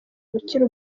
gukira